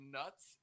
nuts